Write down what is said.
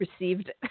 received